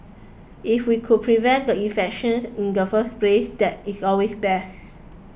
if we could prevent the infection in the first place that is always best